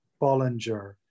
Bollinger